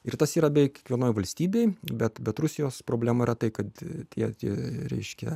ir tas yra beveik kiekvienoj valstybėj bet bet rusijos problema yra tai kad tie reiškia